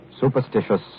superstitious